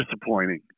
disappointing